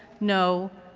no,